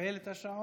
להפעיל את השעון?